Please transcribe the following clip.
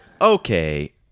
Okay